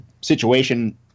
situation